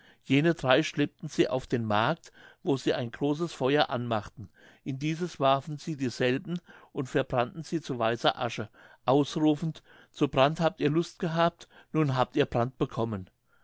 jene drei schleppten sie auf den markt wo sie ein großes feuer anmachten in dieses warfen sie dieselben und verbrannten sie zu weißer asche ausrufend zu brand habt ihr lust gehabt nun habt ihr brand bekommen